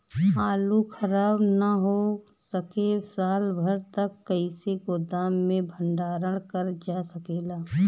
आलू खराब न हो सके साल भर तक कइसे गोदाम मे भण्डारण कर जा सकेला?